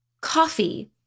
coffee